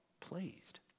pleased